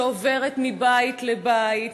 עוברת מבית לבית,